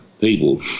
people